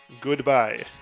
goodbye